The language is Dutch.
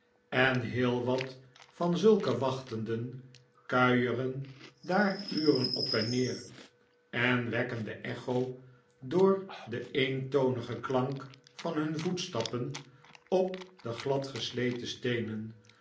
en heel wat van zulke wachtenden kuieren daar uren op en neer en wekken de echo door den eentonigen klank van hun voetstappen op de glad gesleten steenen